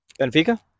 Benfica